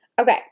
Okay